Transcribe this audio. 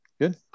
Good